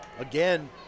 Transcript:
Again